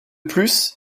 plus